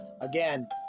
Again